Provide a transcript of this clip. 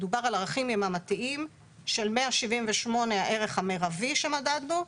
מדובר על ערכים יממתיים של 178 הערך המירבי שמדדנו,